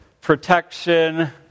protection